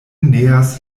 neas